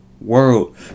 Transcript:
world